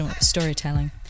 storytelling